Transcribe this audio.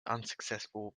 unsuccessful